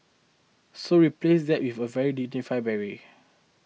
so we replaced that with a very dignified beret